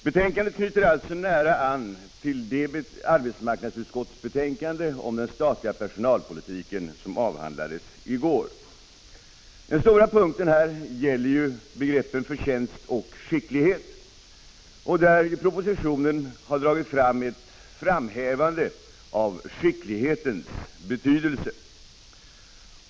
Betänkandet knyter alltså nära an till det arbetsmarknadsutskottbetänkande om den statliga personalpolitiken som avhandlades i går. Den viktigaste frågan är den som gäller begreppen förtjänst och skicklighet, där propositionen framhäver skicklighetens betydelse.